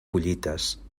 collites